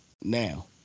Now